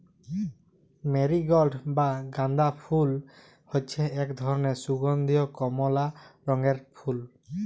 marigold বা গাঁদা ফুল হচ্যে এক ধরলের সুগন্ধীয় কমলা রঙের ফুল